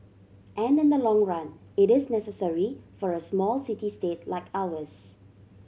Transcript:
and in the long run it is necessary for a small city state like ours